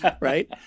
right